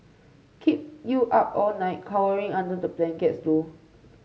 kept you up all night cowering under the blankets though